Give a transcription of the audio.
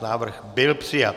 Návrh byl přijat.